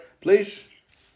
Please